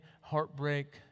heartbreak